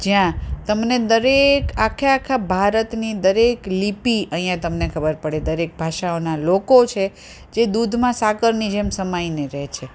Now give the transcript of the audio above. જ્યાં તમને દરેક આખે આખા ભારતની દરેક લિપી અહીંયા તમને ખબર પડે દરેક ભાષાઓનાં લોકો છે જે દૂધમાં સાકરની જેમ સમાઈને રહે છે